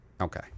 Okay